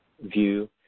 view